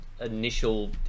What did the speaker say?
initial